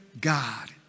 God